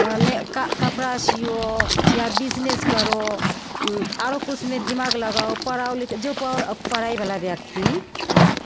मे का कपड़ा सीयो या बिजनिस करो आरो किछुमे दिमाग लगाओ पढ़ाओ लि जो पढ़ाइ पढ़ाइवला व्यक्ति